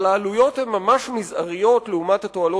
אבל העלויות הן ממש מזעריות לעומת התועלות